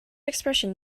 expression